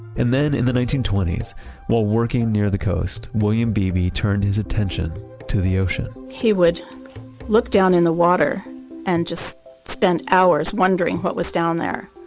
and then in the nineteen twenty s while working near the coast, william beebe turned his attention to the ocean he would look down in the water and just spend hours wondering what was down there